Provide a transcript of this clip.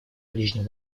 ближнем